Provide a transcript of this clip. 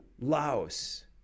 Laos